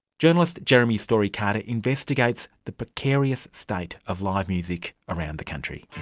journalist jeremy story carter investigates the precarious state of live music around the country.